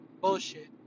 bullshit